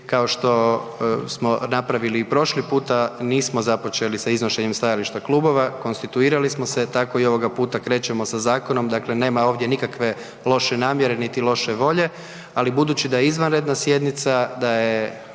kao što smo napravili i prošli puta nismo započeli sa iznošenjem stajališta klubova, konstituirali smo se, tako i ovoga puta krećemo sa zakonom, dakle, nema ovdje nikakve loše namjere niti loše volje, ali budući da je izvanredna sjednica, da je